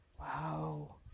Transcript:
Wow